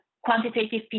quantitative